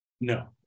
No